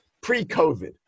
pre-COVID